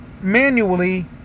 manually